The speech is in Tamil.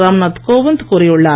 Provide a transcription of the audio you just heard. ராம்நாத் கோவிந்த் கூறியுள்ளார்